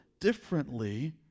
differently